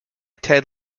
ted